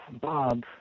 Bob